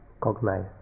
cognize